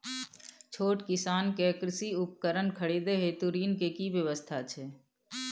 छोट किसान के कृषि उपकरण खरीदय हेतु ऋण के की व्यवस्था छै?